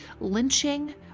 Lynching